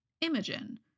Imogen